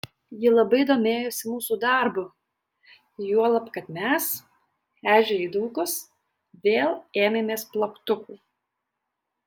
ji labai domėjosi mūsų darbu juolab kad mes ežiui įdūkus vėl ėmėmės plaktukų